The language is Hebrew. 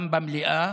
גם במליאה,